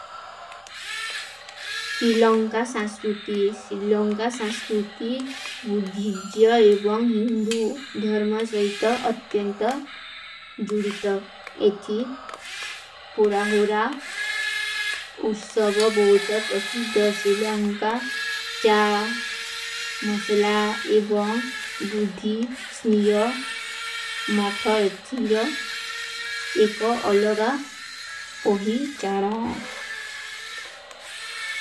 ସିଲଂକା ସଂସ୍ରୂତି, ସିଲଂକା ସଂସ୍ରୂତି ବୁଧିଜ୍ଯା ଏବଂଗ ହିନ୍ଦୂ ଧର୍ମ ସାହିତା ଅତ୍ଯାଂତା ଜୁଡିତା ଏଥୀ। ପୁରାହୁରା ଉସ୍ସଵା ବୋଧ ପ୍ରସିଦ୍ଧା ସିଲଂକା ଚା, ମସଲା ଏବଂଗ ବୁଧୀ ସ୍ନିଯା ମଥା ଏଥୀର ଏକ ଅଲଗା ପୋହୀ ଚାରା। ପୁରାହୁରା ଉସ୍ସଵା ବୋଧ ପ୍ରସିଦ୍ଧା ସିଲଂକା ଚା, ମସଲା ଏକ ଅଲଗା ପୋହୀ ଚାରା।